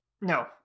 No